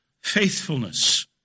faithfulness